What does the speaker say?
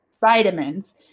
vitamins